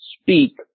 speak